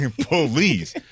Police